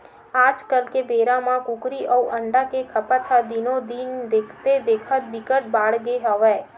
आजकाल के बेरा म कुकरी अउ अंडा के खपत ह दिनो दिन देखथे देखत बिकट बाड़गे हवय